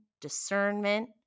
discernment